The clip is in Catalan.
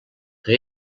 que